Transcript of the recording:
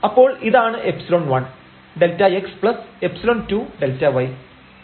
അപ്പോൾ ഇതാണ് ϵ1 Δxϵ2 Δy